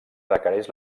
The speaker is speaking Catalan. requereix